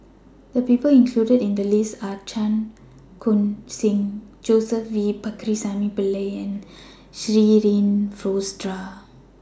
The People included in The list Are Chan Khun Sing Joseph V Pakirisamy Pillai and Shirin Fozdar